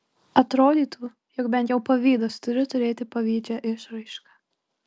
atrodytų jog bent jau pavydas turi turėti pavydžią išraišką